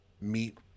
meet